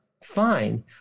Fine